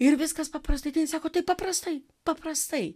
ir viskas paprastai tai jin sako taip paprastai paprastai